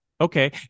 Okay